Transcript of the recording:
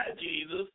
Jesus